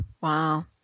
wow